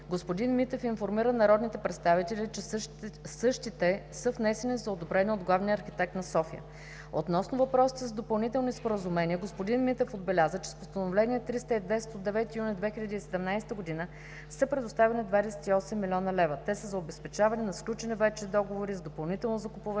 господин Митев информира народните представители, че същите са внесени за одобрение от главния архитект на София. Относно въпросите за допълнителни споразумения господин Митев отбеляза, че с Постановление № 302 от 9 юни 2017 г., са предоставени 28 млн. лв. Те са за обезпечаване на сключени вече договори за допълнително закупуване